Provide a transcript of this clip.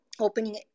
opening